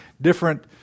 different